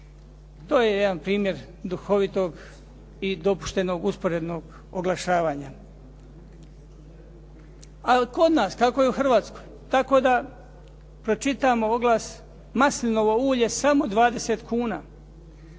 To je jedan primjer duhovitog i dopuštenog usporednog oglašavanja. Ali kod nas, kako je u Hrvatskoj, tako da pročitamo oglas maslinovo ulje samo 20 kuna.